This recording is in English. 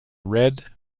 red